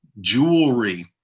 jewelry